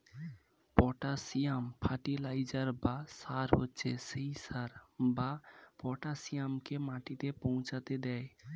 potassium fertiliser বা সার হচ্ছে সেই সার যা পটাসিয়ামকে মাটিতে পৌঁছাতে দেয়